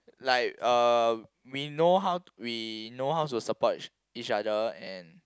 like uh we know how we know how to support each each other and